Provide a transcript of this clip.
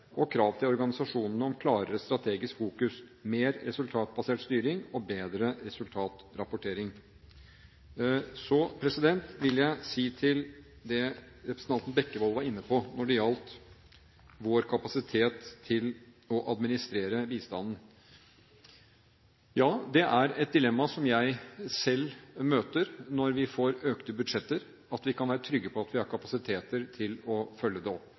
og krav til organisasjonene om klarere strategisk fokus, mer resultatbasert styring og bedre resultatrapportering. Så vil jeg si til det representanten Bekkevold var inne på når det gjaldt vår kapasitet til å administrere bistanden: Ja, det er et dilemma som jeg selv møter når vi får økte budsjetter, om vi kan være trygge på at vi har kapasitet til å følge det opp.